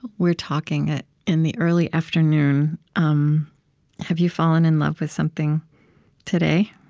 we're talking in the early afternoon. um have you fallen in love with something today?